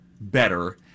better